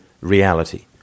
reality